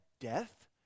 death